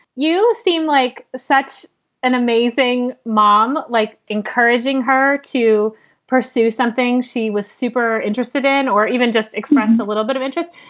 you seem like such an amazing mom. like encouraging her to pursue something she was super interested in or even just express a little bit of interest.